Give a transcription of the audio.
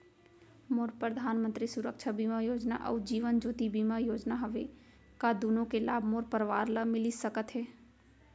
मोर परधानमंतरी सुरक्षा बीमा योजना अऊ जीवन ज्योति बीमा योजना हवे, का दूनो के लाभ मोर परवार ल मिलिस सकत हे?